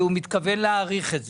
והוא מתכוון להאריך את זה.